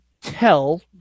tell